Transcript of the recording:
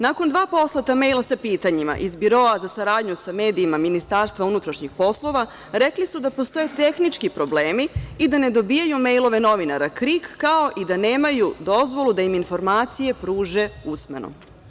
Nakon dva poslata mejla sa pitanjima iz Biroa za saradnju sa medijima MUP, rekli su da postoje tehnički problemi i da ne dobijaju mejlove novinara „Krik“, kao i da nemaju dozvolu da im informacije pruže usmeno.